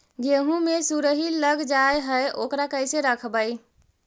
गेहू मे सुरही लग जाय है ओकरा कैसे रखबइ?